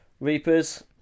Reapers